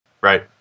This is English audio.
Right